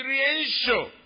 experiential